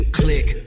click